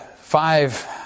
five